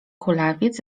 kulawiec